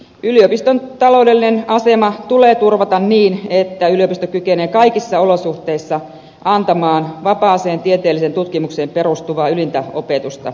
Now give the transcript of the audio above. yliopiston taloudellinen asema tulee turvata niin että yliopisto kykenee kaikissa olosuhteissa antamaan vapaaseen tieteelliseen tutkimukseen perustuvaa ylintä opetusta